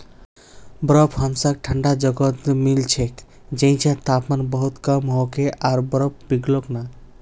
बर्फ हमसाक ठंडा जगहत मिल छेक जैछां तापमान बहुत कम होके आर बर्फ पिघलोक ना